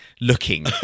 looking